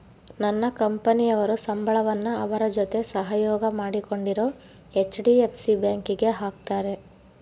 ನನ್ನ ಕಂಪನಿಯವರು ಸಂಬಳವನ್ನ ಅವರ ಜೊತೆ ಸಹಯೋಗ ಮಾಡಿಕೊಂಡಿರೊ ಹೆಚ್.ಡಿ.ಎಫ್.ಸಿ ಬ್ಯಾಂಕಿಗೆ ಹಾಕ್ತಾರೆ